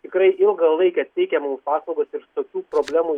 tikrai ilgą laiką teikia mums paslaugas ir tokių problemų